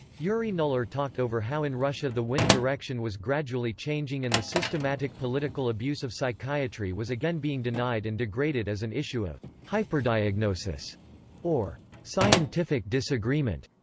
yuri nuller talked over how in russia the wind direction was gradually changing and the systematic political abuse of psychiatry was again being denied and degraded as an issue of hyperdiagnosis or scientific disagreement.